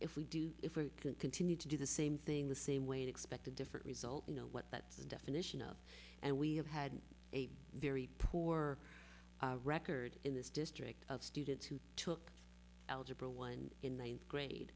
if we do if we can continue to do the same thing the same way to expect a different result you know what that's the definition of and we have had a very poor record in this district of students who took algebra one in ninth grade